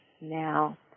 now